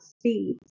seeds